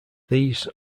these